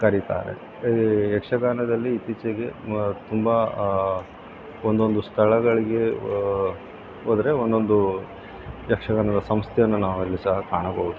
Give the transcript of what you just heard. ಕರಿತಾರೆ ಈ ಯಕ್ಷಗಾನದಲ್ಲಿ ಇತ್ತೀಚೆಗೆ ತುಂಬ ಒಂದೊಂದು ಸ್ಥಳಗಳಿಗೆ ಹೋದ್ರೆ ಒಂದೊಂದು ಯಕ್ಷಗಾನದ ಸಂಸ್ಥೆನ ನಾವಲ್ಲಿ ಸಹ ಕಾಣಬಹುದು